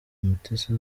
umutesi